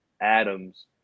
adams